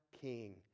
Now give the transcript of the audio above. King